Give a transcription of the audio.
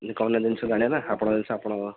ନାଇଁ କହୁନାହାନ୍ତି ଜିନିଷ ଆଣିବା ନା ଆପଣଙ୍କ ଜିନିଷ ଆପଣଙ୍କ